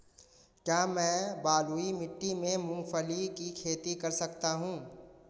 क्या मैं बलुई मिट्टी में मूंगफली की खेती कर सकता हूँ?